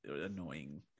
annoying